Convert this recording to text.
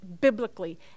biblically